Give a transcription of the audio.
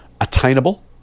Attainable